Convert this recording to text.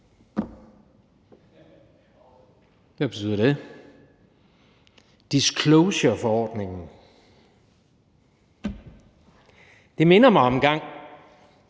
hvad betyder disclosureforordningen? Det minder mig om engang,